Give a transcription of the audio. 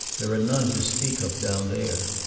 there are none to speak of down there.